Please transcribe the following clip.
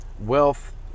wealth